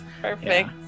Perfect